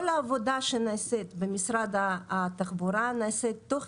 כל העבודה שנעשית במשרד התחבורה נעשית תוך